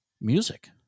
music